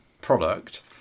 product